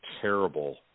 terrible